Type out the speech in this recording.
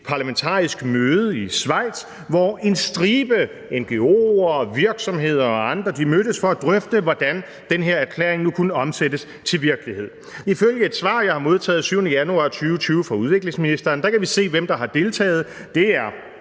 parlamentarisk møde i Schweiz, hvor en stribe ngo'er, virksomheder og andre mødtes for at drøfte, hvordan den her erklæring nu kunne omsættes til virkelighed. Ifølge et svar, jeg har modtaget den 7. januar 2020 fra udviklingsministeren kan vi se, hvem der har deltaget: Det er